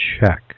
check